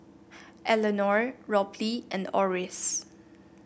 Elenor Robley and Oris